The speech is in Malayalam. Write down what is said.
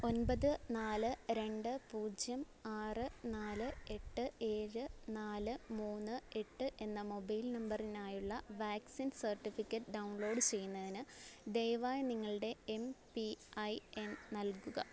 ഒൻപത് നാല് രണ്ട് പൂജ്യം ആറ് നാല് എട്ട് ഏഴ് നാല് മൂന്ന് എട്ട് എന്ന മൊബൈൽ നമ്പറിനായുള്ള വാക്സിൻ സർട്ടിഫിക്കറ്റ് ഡൗൺലോഡ് ചെയ്യുന്നതിന് ദയവായി നിങ്ങളുടെ എം പി ഐ എൻ നൽകുക